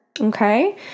okay